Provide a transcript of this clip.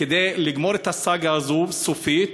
כדי לגמור את הסאגה הזאת סופית,